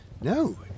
No